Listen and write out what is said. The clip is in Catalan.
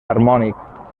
harmònic